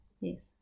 Yes